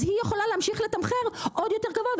אז היא יכולה להמשיך לתמחר עוד יותר גבוה,